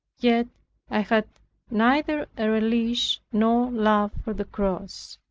yet i had neither a relish nor love for the cross.